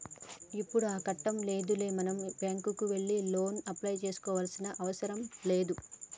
ఇప్పుడు ఆ కట్టం లేదులే మనం బ్యాంకుకే వెళ్లి లోను అప్లై చేసుకోవాల్సిన అవసరం లేదు